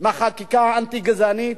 מחקיקה אנטי-גזענית,